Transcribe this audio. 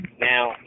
now